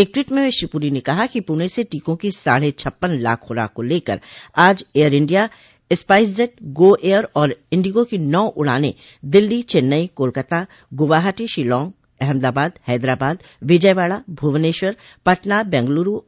एक ट्वीट में श्री पुरी ने कहा कि पुणे से टीकों की साढ छप्पन लाख खुराक को लेकर आज Air India SpiceJet Go Air और इंडिगो की नौ उड़ानें दिल्ली चेन्नई कोलकाता गुवाहाटी शिलांग अहमदाबाद हैदराबाद विजयवाड़ा भुवनेश्वर पटना बेंगलुरू